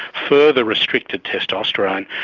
further restricted testosterone.